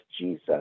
Jesus